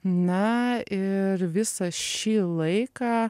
na ir visą šį laiką